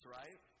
right